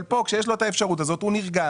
אבל פה, כשיש לו את האפשרות הזאת הוא נרגע.